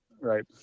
Right